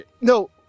no